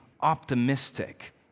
optimistic